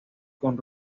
con